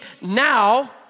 Now